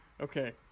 okay